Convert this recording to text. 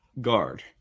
guard